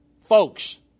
Folks